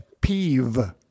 peeve